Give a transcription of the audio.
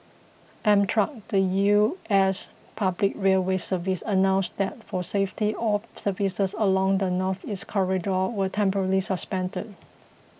Amtrak the U S public railway service announced that for safety all services along the Northeast Corridor were temporarily suspended